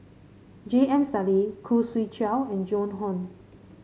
J M Sali Khoo Swee Chiow and Joan Hon